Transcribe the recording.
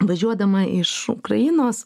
važiuodama iš ukrainos